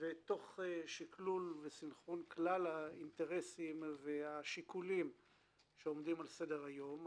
תוך שקלול וסנכרון כלל האינטרסים והשיקולים שעומדים על סדר היום,